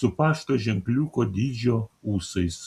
su pašto ženkliuko dydžio ūsais